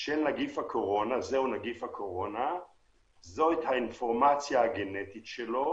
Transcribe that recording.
של נגיף הקורונה, את האינפורמציה הגנטית שלו.